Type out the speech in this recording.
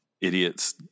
idiots